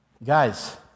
Guys